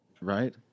Right